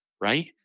right